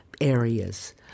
areas